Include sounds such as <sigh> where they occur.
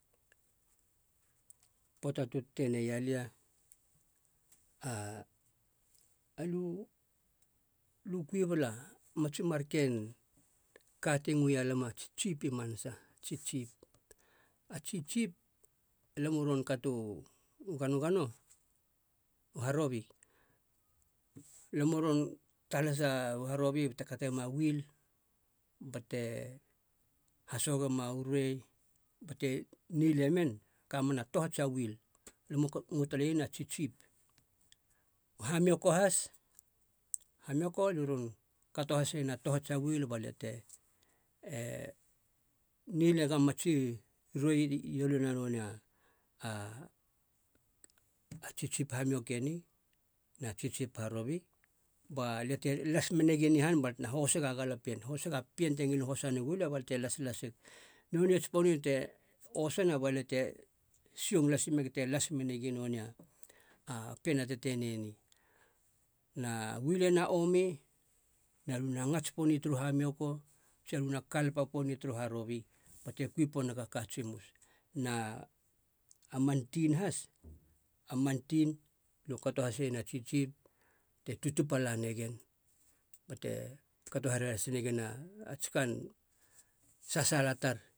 Pöata tu teteia lia <hesitation> alu- lu kui bala mats marken ka ti ngoea lam a tsitsip i manasa. A tsitsip alam u ron katu u ganogano, u harobi, <noise> lam u ron talasa u harobi bate katema wil bate hasogema u roe bate nile men, kamena tohats a wil. Alam u <hesitation> ngo taleien a tsitsip, u hamioko has, hamioko li ron kato haseien a tohatsa wil balia te <hesitation> nile ga matsi roe ioluna nonei a- a tsiptsip hamiokeni na tsitsip harobi balia te las megien i han bal tena hosega galapien, hosega pien te ngilin hose ne gulia bal te laslasig, nonei ts'pon te osana balia te siong las meg te las menagi a pien a tetenei eni. Na wil ena omi na liu na ngats poni turu hamioko tsi aliu na kalapa poni turu harobi bate kui ponig a ka tsimus. Na a man tin has a man tin alu kato haseien a tsitsip bate tutupa lane gen bate kato here has negen ats kann sasaala tar.